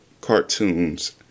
cartoons